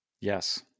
Yes